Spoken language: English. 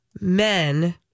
men